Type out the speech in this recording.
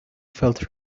felt